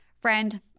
Friend